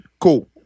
cool